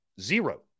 Zero